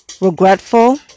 Regretful